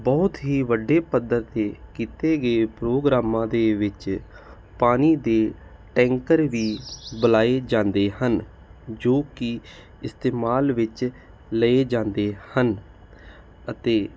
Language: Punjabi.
ਬਹੁਤ ਹੀ ਵੱਡੇ ਪੱਧਰ ਤੇ ਕੀਤੇ ਗਏ ਪ੍ਰੋਗਰਾਮਾਂ ਦੇ ਵਿੱਚ ਪਾਣੀ ਦੇ ਟੈਂਕਰ ਵੀ ਬੁਲਾਏ ਜਾਂਦੇ ਹਨ ਜੋ ਕਿ ਇਸਤੇਮਾਲ ਵਿੱਚ ਲਏ ਜਾਂਦੇ ਹਨ ਅਤੇ